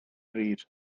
bryd